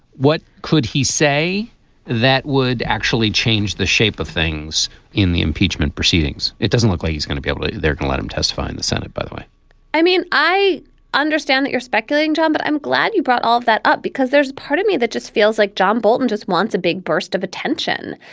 what could he say that would actually change the shape of things in the impeachment proceedings? it doesn't look like he's going to be able to let him testify in the senate, by the way i mean, i understand that you're speculating, john, but i'm glad you brought all of that up, because there's part of me that just feels like john bolton just wants a big burst of attention.